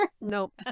Nope